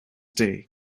day